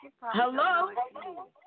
Hello